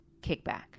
kickback